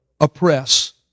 oppress